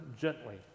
gently